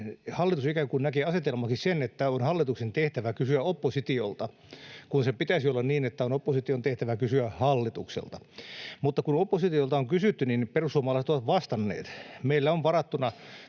kuin näkee asetelmaksi sen, että on hallituksen tehtävä kysyä oppositiolta, kun sen pitäisi olla niin, että on opposition tehtävä kysyä hallitukselta. Mutta kun oppositiolta on kysytty, niin perussuomalaiset ovat vastanneet. Meillä on varattuna